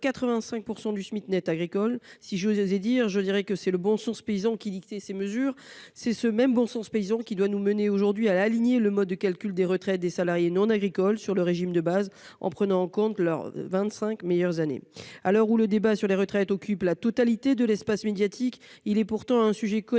85 % du Smic net agricole. Si j'osais, je dirais que c'est le bon sens paysan qui dictait ces mesures ! Ce même bon sens paysan doit nous mener aujourd'hui à aligner le mode de calcul des retraites des non-salariés agricoles sur le régime de base, en prenant en compte les vingt-cinq meilleures années de leur carrière. À l'heure où le débat sur les retraites occupe la totalité de l'espace médiatique, il est un sujet connexe